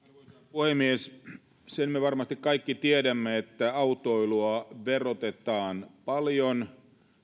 puhemies sen me varmasti kaikki tiedämme että autoilua verotetaan paljon